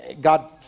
God